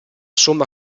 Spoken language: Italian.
somma